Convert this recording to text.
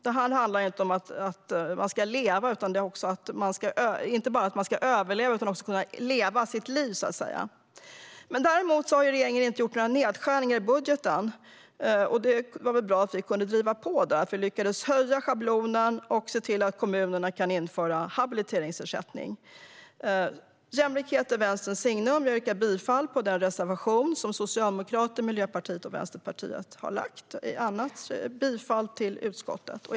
Det här handlar inte bara om att man ska överleva - man ska också kunna leva sitt liv. Däremot har regeringen inte gjort några nedskärningar i budgeten. Det var bra att vi kunde driva på där och att vi lyckades höja schablonen och se till att kommunerna kan införa habiliteringsersättning. Jämlikhet är Vänsterns signum. Jag yrkar bifall till den reservation som Socialdemokraterna, Miljöpartiet och Vänsterpartiet har lämnat. I övrigt yrkar jag bifall till utskottets förslag.